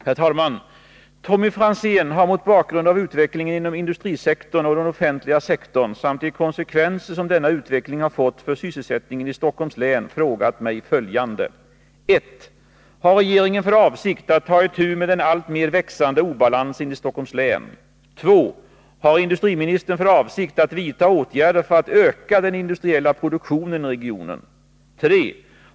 Herr talman! Tommy Franzén har mot bakgrund av utvecklingen inom industrisektorn och den offentliga sektorn samt de konsekvenser som denna utveckling har fått för sysselsättningen i Stockholms län frågat mig följande: 1. Harregeringen för avsikt att ta itu med den alltmer växande obalansen i Stockholms län? 2. Har industriministern för avsikt att vidta åtgärder för att öka den industriella produktionen i regionen? 3.